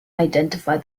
identify